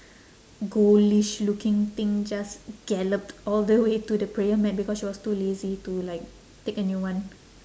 ghoulish looking thing just galloped all the way to the prayer mat because she was too lazy to like take a new one